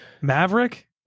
Maverick